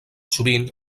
sovint